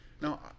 Now